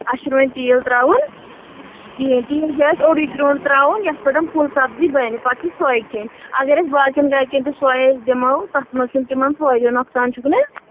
اسہِ چھُنہٕ وۄنۍ تیٖل ترٛاوُن کِہیٖنٛۍ تیٖل چھُ اسہِ اوٚڑُے کرٛونٛڈ ترٛاوُن یتھ پٮ۪ٹھ فُل سبٕزی بنہِ پتہٕ چھِ سۄے کھیٚنۍ اگر أسۍ باقیٚن گرِکیٚن تہِ سۄے أسۍ دِمو تتھ منٛز چھُ تِمن فٲیدٕ نۄقصان چھُکھ نہٕ